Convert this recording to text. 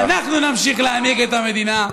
ואנחנו נמשיך להנהיג את המדינה.